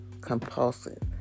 compulsive